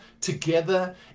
together